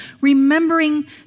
remembering